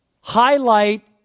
highlight